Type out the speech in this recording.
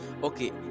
Okay